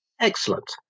Excellent